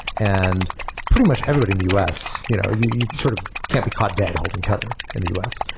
and pretty much everybody in the u s. you know you you sort of can't be caught dead holding tether in the u s,